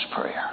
prayer